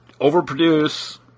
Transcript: overproduce